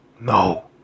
no